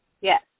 Yes